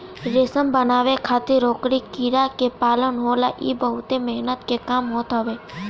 रेशम बनावे खातिर ओकरी कीड़ा के पालन होला इ बहुते मेहनत के काम होत हवे